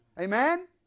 Amen